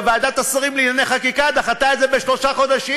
ועדת השרים לענייני חקיקה דחתה את זה בשלושה חודשים.